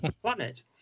planet